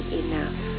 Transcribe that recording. enough